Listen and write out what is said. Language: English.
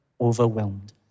overwhelmed